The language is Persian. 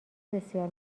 بسیار